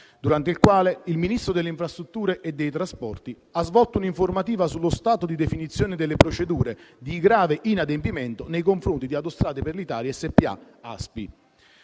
durante il quale il Ministro delle infrastrutture e dei trasporti ha svolto un'informativa sullo stato di definizione delle procedure di grave inadempimento nei confronti di Autostrade per l'Italia SpA (ASPI).